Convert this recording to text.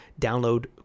download